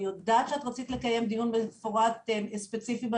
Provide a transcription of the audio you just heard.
אני יודעת שרצית לקיים דיון מפורט בנושא,